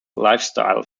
lifestyle